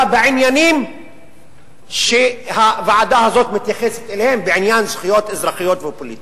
בעניינים שהוועדה הזאת מתייחסת אליהם בעניין זכויות אזרחיות ופוליטיות.